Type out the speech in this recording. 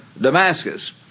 damascus